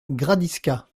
gradisca